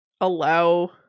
allow